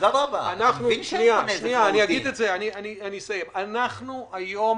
אנחנו מאכנים היום